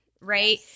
right